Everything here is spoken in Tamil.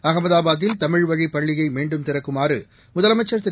அஹமதாபாதில் தமிழ்வழிப் பள்ளியை மீண்டும் திறக்குமாறு முதலமைச்சர் திரு